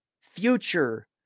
future